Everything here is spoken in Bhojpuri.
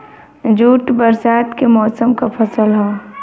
जूट बरसात के मौसम क फसल हौ